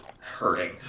hurting